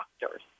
doctors